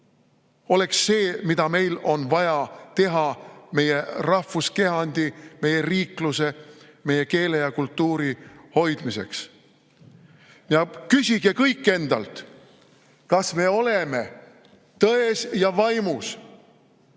oleks see, mida meil on vaja teha meie rahvuskehandi, meie riikluse, meie keele ja kultuuri hoidmiseks. Küsige kõik endalt: kas me oleme tões ja vaimus